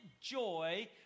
joy